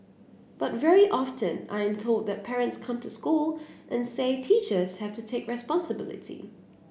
but very often I am told that parents come to school and say teachers have to take responsibility